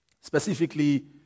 specifically